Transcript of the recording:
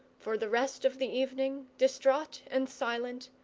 for the rest of the evening, distraught and silent,